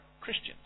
Christians